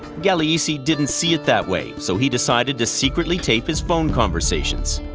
gagliese didn't see it that way, so he decided to secretly tape his phone conversations.